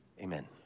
Amen